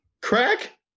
Crack